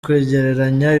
kwegeranya